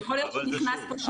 זה מה שאנחנו מנסים לעשות גם פה.